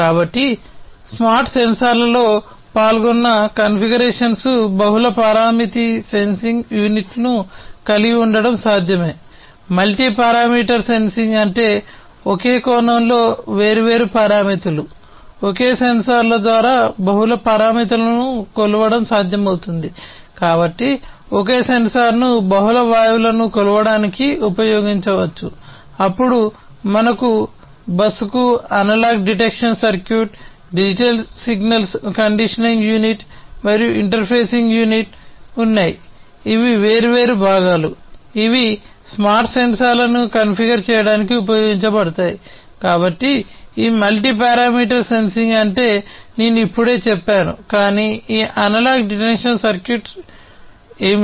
కాబట్టి స్మార్ట్ సెన్సార్లలో పాల్గొన్న కాన్ఫిగరేషన్లు సెన్సింగ్ అంటే నేను ఇప్పుడే చెప్పాను కాని ఈ అనలాగ్ డిటెక్షన్ సర్క్యూట్ ఏమిటి